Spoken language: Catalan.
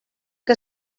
que